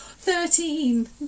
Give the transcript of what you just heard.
Thirteen